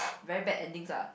very bad endings lah